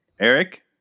Eric